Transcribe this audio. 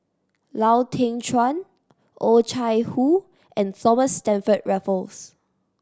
Lau Teng Chuan Oh Chai Hoo and Thomas Stamford Raffles